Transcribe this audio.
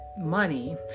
money